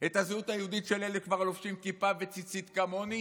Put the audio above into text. את הזהות היהודית של אלה שכבר לובשים כיפה וציצית כמוני?